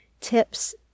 tips